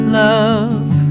love